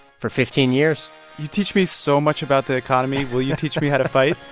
for fifteen years you teach me so much about the economy. will you teach me how to fight?